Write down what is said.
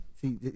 See